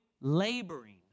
laboring